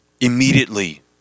immediately